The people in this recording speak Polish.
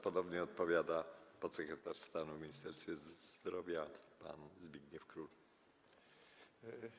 Ponownie odpowiada podsekretarz stanu w Ministerstwie Zdrowia pan Zbigniew Józef Król.